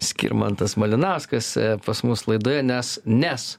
skirmantas malinauskas pas mus laidoje nes nes